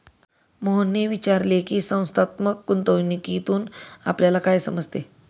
मोहनने विचारले की, संस्थात्मक गुंतवणूकीतून आपल्याला काय समजते?